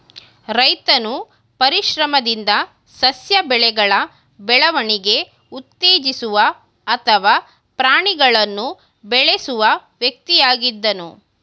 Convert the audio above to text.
ರೈತನು ಪರಿಶ್ರಮದಿಂದ ಸಸ್ಯ ಬೆಳೆಗಳ ಬೆಳವಣಿಗೆ ಉತ್ತೇಜಿಸುವ ಅಥವಾ ಪ್ರಾಣಿಗಳನ್ನು ಬೆಳೆಸುವ ವ್ಯಕ್ತಿಯಾಗಿದ್ದನು